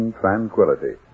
tranquility